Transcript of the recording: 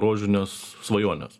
rožines svajones